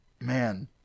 man